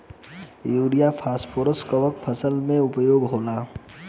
Urea phosphorus कवना फ़सल में उपयोग होला?